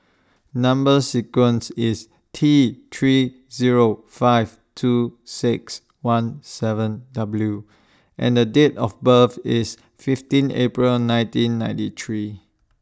Number sequence IS T three Zero five two six one seven W and The Date of birth IS fifteen April nineteen ninety three